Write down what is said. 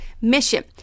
mission